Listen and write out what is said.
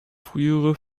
frühere